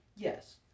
Yes